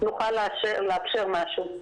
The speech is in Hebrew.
נוכל לאפשר משהו.